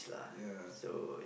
ya